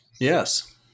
Yes